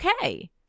okay